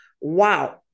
wow